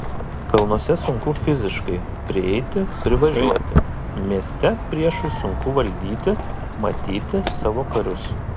kalnuose sunku fiziškai prieiti privažiuoti mieste priešui sunku valdyti matyti savo karius